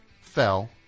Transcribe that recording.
fell